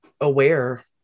aware